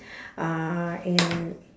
uh and